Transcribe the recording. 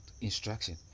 instruction